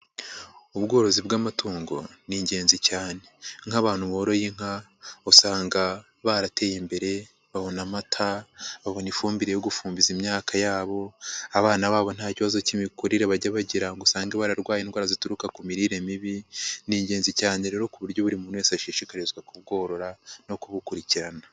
Ubworozi bw'amatungo ni ingenzi cyane. Nk'abantu boroye inka usanga barateye imbere, babona amata, babona ifumbire yo gufumbiza imyaka yabo, abana babo nta kibazo cy'imikurire bajya bagira ngo usange bararwaye indwara zituruka ku mirire mibi, ni ingenzi cyane rero ku buryo buri muntu wese ashishikarizwa kubworora no kubukurikirana.